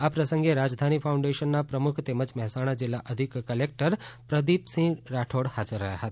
આ પ્રસંગે રાજધાની ફાઉન્ડેશના પ્રમુખ તેમજ મહેસાણા જિલ્લા અધિક કલેક્ટર પ્રદિપસિંહ રાઠોડ હાજર રહ્યા હતા